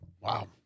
wow